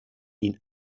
ihn